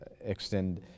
extend